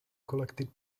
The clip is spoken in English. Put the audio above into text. collected